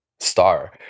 star